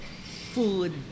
food